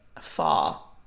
far